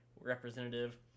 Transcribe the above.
representative